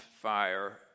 fire